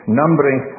numbering